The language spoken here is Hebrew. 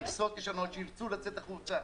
מכסות ישנות שירצו לצאת החוצה